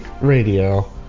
Radio